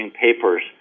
papers